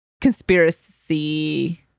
conspiracy